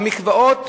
המקוואות